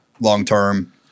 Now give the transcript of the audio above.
long-term